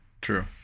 True